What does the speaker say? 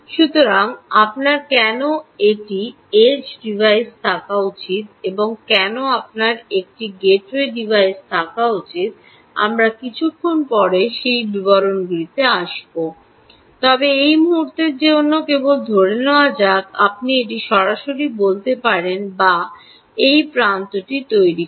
সুতরাং আপনার কেন একটি এজ ডিভাইস থাকা উচিত এবং কেন আপনার একটি গেটওয়ে ডিভাইস থাকা উচিত আমরা কিছুক্ষণ পরে সেই বিবরণগুলিতে আসব তবে এই মুহুর্তের জন্য কেবল ধরে নেওয়া যাক আপনি এটি সরাসরি করতে পারেন বা এই প্রান্তটি তৈরি করে